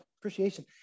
appreciation